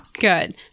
Good